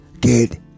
get